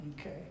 okay